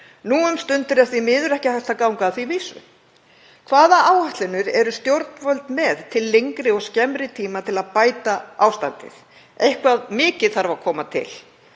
Nú um stundir er því miður ekki hægt að ganga að því vísu. Hvaða áætlanir eru stjórnvöld með til lengri og skemmri tíma til að bæta ástandið? Eitthvað mikið þarf að koma til.